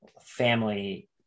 family